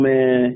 Man